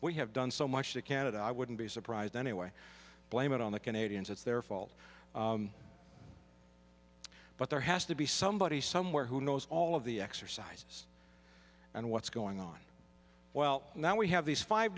we have done so much to canada i wouldn't be surprised anyway blame it on the canadians it's their fault but there has to be somebody somewhere who knows all of the exercises and what's going on well now we have these five